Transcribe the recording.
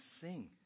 sing